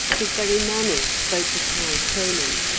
his very manners spoke of high training.